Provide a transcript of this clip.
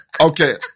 Okay